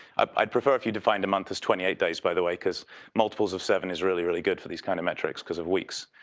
i'd prefer if you defined a month as twenty eight days, by the way, because multiples of seven is really, really good for these kind of metrics because of weeks.